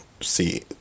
see